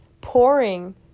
pouring